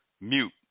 Mute